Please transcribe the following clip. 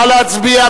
נא להצביע.